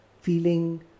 feeling